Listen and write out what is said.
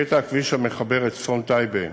קטע הכביש המחבר את צפון טייבה,